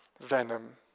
venom